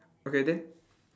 okay then